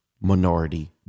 minority